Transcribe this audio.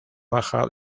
baja